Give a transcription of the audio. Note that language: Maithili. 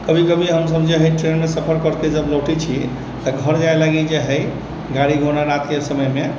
कभी कभी हम सभ जाहहि ट्रेन मे सफर कैरिके जब लौटे छी तऽ घर जाइ लागि जे हइ गाड़ी घोड़ा रातके समयमे